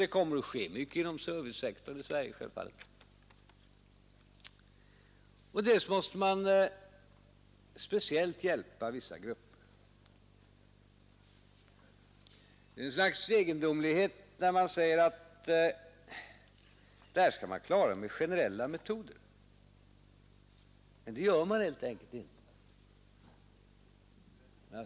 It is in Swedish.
Det kommer självfallet att ske mycket inom servicesektorn i Sverige. Vi måste också speciellt hjälpa vissa grupper. Det är egendomligt när man säger att detta skall man klara med generella metoder. Det gör man helt enkelt inte.